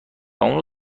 اونو